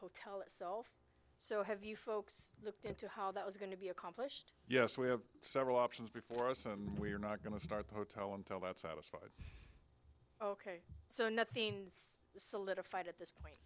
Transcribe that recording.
hotel itself so have you folks looked into how that was going to be accomplished yes we have several options before us and we are not going to start the hotel until that satisfied ok so nothing solidified at this point